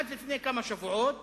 עד לפני כמה שבועות